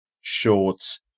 shorts